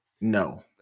No